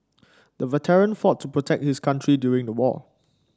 the veteran fought to protect his country during the war